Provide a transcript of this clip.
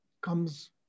Comes